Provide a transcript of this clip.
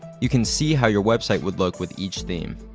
you can see how your website would look with each theme.